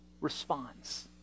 responds